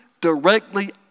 directly